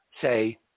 say